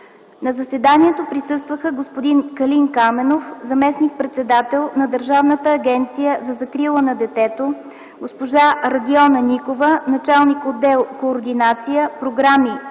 На заседанието присъстваха господин Калин Каменов – заместник-председател на Държавната агенция за закрила на детето, госпожа Радиона Никова – началник отдел „Координация, програми,